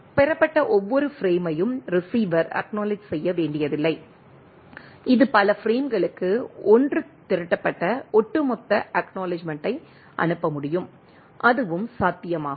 பெறப்பட்ட ஒவ்வொரு பிரேமையும் ரிசீவர் அக்நாலெட்ஜ் செய்ய வேண்டியதில்லை இது பல பிரேம்களுக்கு 1 திரட்டப்பட்ட ஒட்டுமொத்த அக்நாலெட்ஜ்மெண்ட்டை அனுப்ப முடியும் அதுவும் சாத்தியமாகும்